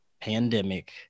pandemic